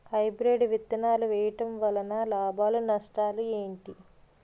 Hybrid విత్తనాలు వేయటం వలన లాభాలు నష్టాలు ఏంటి?